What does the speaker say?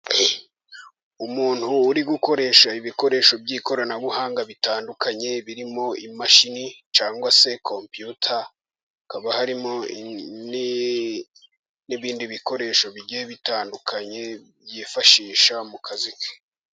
Umuntu uri gukoresha ibikoresho by'ikoranabuhanga bitandukanye, birimo imashini cyangwa se kopiyuta, hakaba harimo n'ibindi bikoresho bigiye bitandukanye yifashisha mu kazi ke.